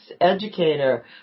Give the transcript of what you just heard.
educator